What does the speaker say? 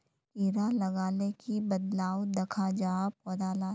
कीड़ा लगाले की बदलाव दखा जहा पौधा लात?